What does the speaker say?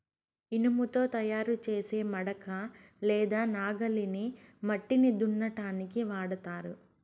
ఇనుముతో తయారు చేసే మడక లేదా నాగలిని మట్టిని దున్నటానికి వాడతారు